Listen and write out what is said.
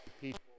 people